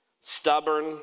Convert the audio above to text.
stubborn